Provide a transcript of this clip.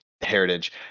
heritage